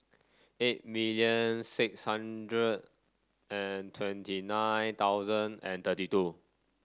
eight million six hundred and twenty nine thousand and thirty two